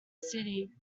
city